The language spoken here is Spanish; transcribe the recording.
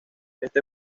este